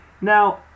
now